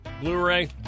Blu-ray